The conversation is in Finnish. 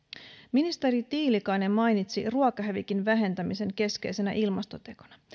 ministeri tiilikainen mainitsi ruokahävikin vähentämisen keskeisenä ilmastotekona